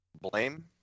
blame